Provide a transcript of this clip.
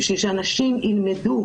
בשביל שאנשים ילמדו,